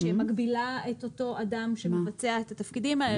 שמגבילה את אותו אדם שמבצע את התפקידים האלה.